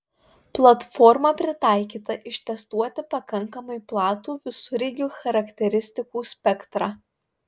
platforma pritaikyta ištestuoti pakankamai platų visureigių charakteristikų spektrą